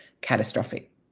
catastrophic